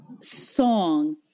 song